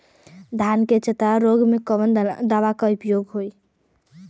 धान के चतरा रोग में कवन दवा के प्रयोग होई?